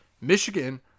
Michigan